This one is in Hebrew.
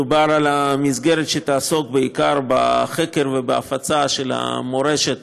מדובר במסגרת שתעסוק בעיקר בחקר ובהפצה של המורשת